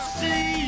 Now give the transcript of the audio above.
see